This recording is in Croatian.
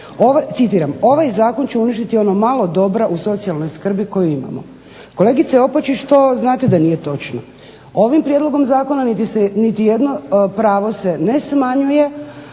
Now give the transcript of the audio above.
citiram "ovaj zakon će uništiti ono malo dobra u socijalnoj skrbi koju imamo". Kolegice Opačić to znate da nije točno. Ovim prijedlogom zakona niti jedno pravo se ne smanjuje,